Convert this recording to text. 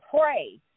pray